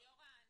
ליאורה,